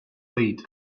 lead